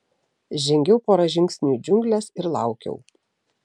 žengiau porą žingsnių į džiungles ir laukiau